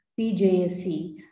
PJSC